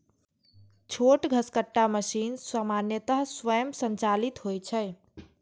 छोट घसकट्टा मशीन सामान्यतः स्वयं संचालित होइ छै